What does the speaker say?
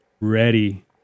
ready